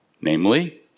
namely